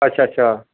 ਅੱਛਾ ਅੱਛਾ